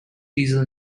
diesel